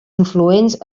influents